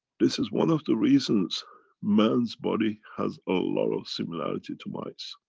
this is one of the reasons man's body has a lot of similarity to mice